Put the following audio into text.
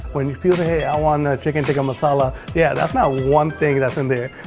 when you feel that hey, i want a chicken tikka masala, yeah that's not one thing that's in there.